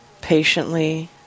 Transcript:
patiently